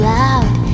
loud